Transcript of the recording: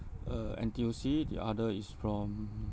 uh N_T_U_C the other is from